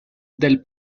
del